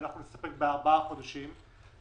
ואנחנו נסתפק בארבעה חודשים.